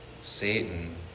Satan